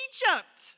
Egypt